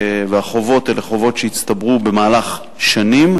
והחובות אלה חובות שהצטברו במהלך שנים,